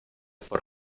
por